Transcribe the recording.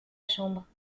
chambre